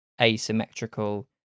asymmetrical